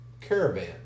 caravan